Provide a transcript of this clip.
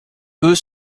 eux